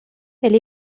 elle